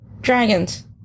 Dragons